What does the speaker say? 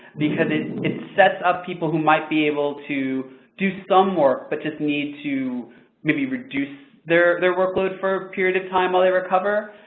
because it sets up people who might be able to do some work, but just needs to maybe reduce their their workload for a period of time while they recover,